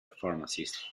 pharmacist